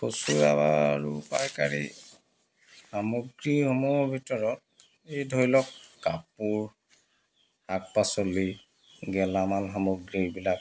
খুচুৰা বা আৰু পাইকাৰী সামগ্ৰীসমূহৰ ভিতৰত এই ধৰি লওক কাপোৰ শাক পাচলি গেলামাল সামগ্ৰীবিলাক